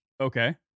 Okay